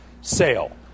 sale